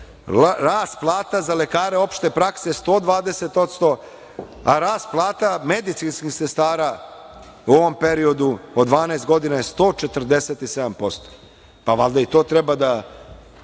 Rast plata za lekare opšte prakse je 120%, a rast plata medicinskih sestara u ovom periodu od 12 godina je 147%. Valjda i to treba da